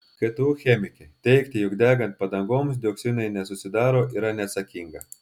ktu chemikė teigti jog degant padangoms dioksinai nesusidaro yra neatsakinga